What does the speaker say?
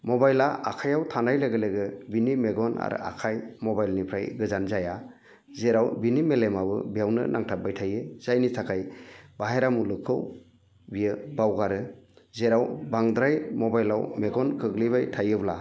मबाइला आखाइयाव थानाय लोगो लोगो बिनि मेगन आरो आखाइ मबाइलनिफ्राय गोजान जाया जेराव बिनि मेलेमाबो बेवनो नांथाबबाय थायो जायनि थाखाय बाहेरा मुलुगखौ बियो बावगारो जेराव बांद्राय मबाइलाव मेगन गोग्लैबाय थायोब्ला